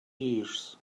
ears